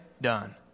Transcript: done